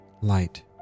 Light